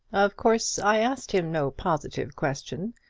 of course i asked him no positive question.